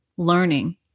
learning